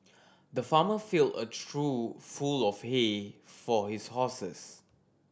the farmer filled a trough full of hay for his horses